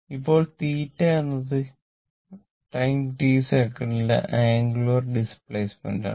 ഇപ്പോൾ θ എന്നത് time t സെക്കന്റിലെ അംഗുലര് ഡിസ്പ്ലേസ്മെന്റ് ആണ്